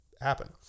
happen